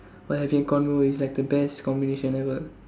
while having a convo is like the best combination ever